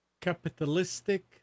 Capitalistic